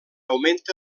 augmenta